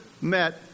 met